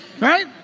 Right